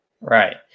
right